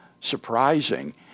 surprising